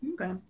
Okay